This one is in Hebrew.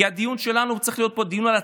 כי הדיון שלנו צריך להיות דיון על הציונות.